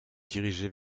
diriger